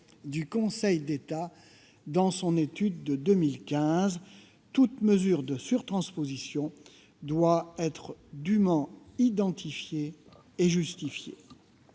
du Conseil d'État dans son étude de 2015. Toute mesure de surtransposition doit être dûment identifiée et justifiée.